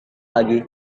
pagi